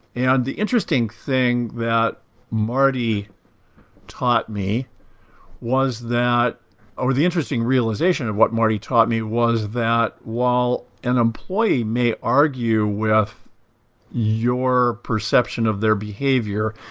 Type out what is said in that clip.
and the interesting thing that marty taught me was that or the interesting realization of what marty taught me was that while an employee may argue with your perception of their behavior,